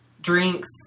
Drinks